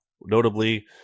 notably